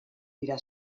dira